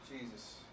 Jesus